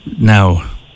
now